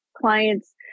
Clients